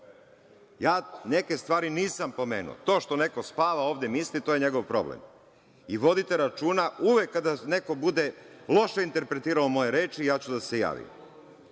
Ja neke stvari nisam pomenuo. To što neko spava ovde, misli, to je njegov problem. I vodite računa uvek kada neko bude loše interpretirao moje reči, ja ću da se javim. Što